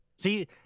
See